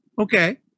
okay